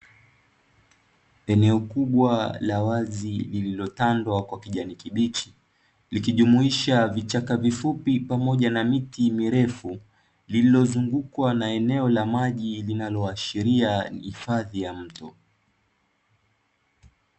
Eneo kubwa la wazi lililotanda kwa kijani kibichi, likijumuisha vichaka vifupi pamoja na miti mirefu, lililozungukwa na eneo la maji linaloashiria ni hifadhi ya mto.